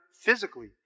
physically